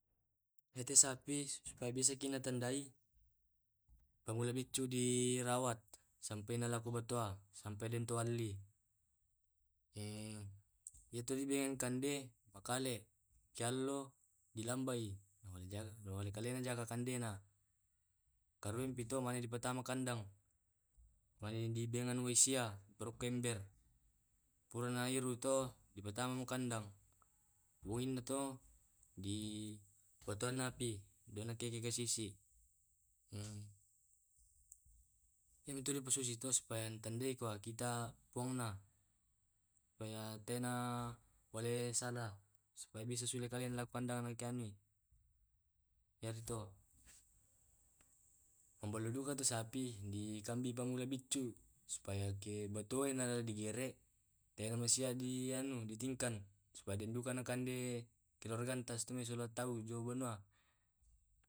Ya te sapi supaya bisa ki na tandai pangola biccu di rawat sampena lakko batoa sampe den to alli. iya to di bengan kande' makale ki allo di lambai wale kale na jaga kande na, karuin pito mahe dipatama kandang. Mane di bengan wai sia taro ki ember pura na iru to di patamani kandang wai na toh di boto na api dena keke kasisi, iya to di pasusi to supaya di tandai kua kita puang na supaya tena wale salah supaya bisa sule kalena laku kendang iyarito ma ballo duka to sapi di kambi bang to biccu supaya ke batoa en ala di gerek tenna masia di anu ditingkan sebagian duka di kande keluarga ta sola tau joa banua.